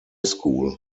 school